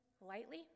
lightly